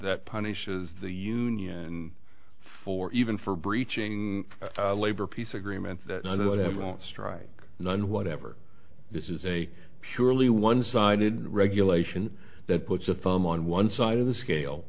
that punishes the union for even for breaching labor peace agreements that either whatever strike none whatever this is a purely one sided regulation that puts a thumb on one side of the scale